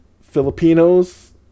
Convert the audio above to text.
Filipinos